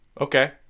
Okay